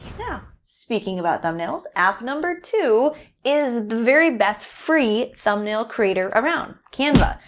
now speaking about thumbnails, app number two is the very best free thumbnail creator around. canva,